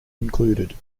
included